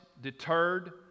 deterred